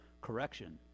correction